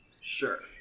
sure